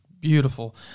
beautiful